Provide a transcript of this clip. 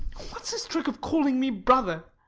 what's this trick of calling me brother?